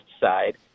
side